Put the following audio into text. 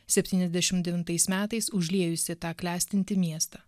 septyniasdešim devintais metais užliejusį tą klestintį miestą